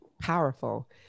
powerful